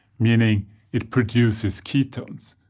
meaning it produces ketones.